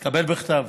תקבל בכתב.